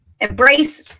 Embrace